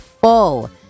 full